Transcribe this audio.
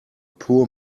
poor